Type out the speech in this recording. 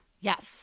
Yes